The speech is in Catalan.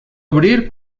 obrir